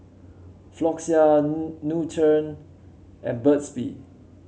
Floxia Nutren and Burt's Bee